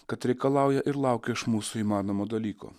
kad reikalauja ir laukia iš mūsų įmanomo dalyko